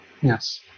Yes